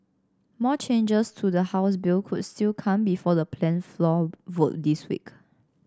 more changes to the House bill could still come before the planned floor vote this week